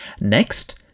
Next